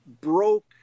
broke